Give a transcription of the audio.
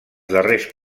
darrers